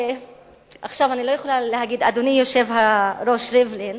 עכשיו אני לא יכולה להגיד אדוני היושב-ראש ריבלין,